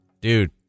dude